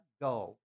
go